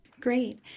Great